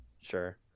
Sure